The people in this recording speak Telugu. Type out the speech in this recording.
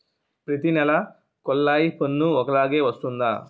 ప్రతి నెల కొల్లాయి పన్ను ఒకలాగే వస్తుందా?